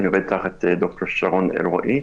אני עובד תחת ד"ר שרון אלרעי.